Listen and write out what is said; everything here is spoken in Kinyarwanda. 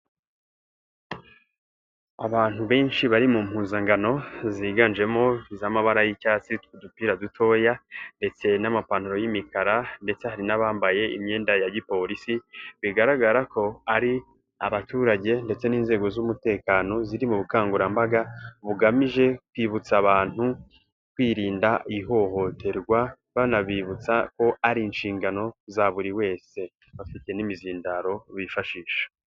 Abantu benshi bari mu mpuzangano ziganjemo iz'amabara y'icyatsi, utwo dupira dutoya ndetse n'amapantaro y'imikara ndetse hari n'abambaye imyenda ya giporisi, bigaragara ko ari abaturage ndetse n'inzego z'umutekano ziri mu bukangurambaga bugamije kwibutsa abantu kwirinda ihohoterwa, banabibutsa ko ari inshingano za buri wese, bafite n'imizindaro bifashisha.